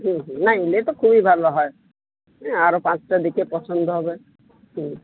হুম হুম না এলে তো খুবই ভালো হয় আরও পাঁচটা দেখে পছন্দ হবে হুম